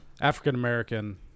African-American